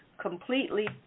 completely